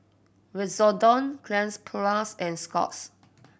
Redoxon Cleanz Plus and Scott's